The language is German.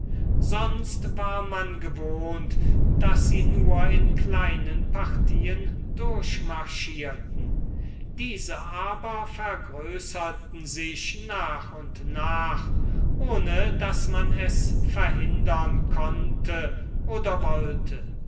sonst war man gewohnt daß sie nur in kleinen partien durchmarschierten diese aber vergrößerten sich nach und nach ohne daß man es verhindern konnte oder wollte